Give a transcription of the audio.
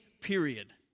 period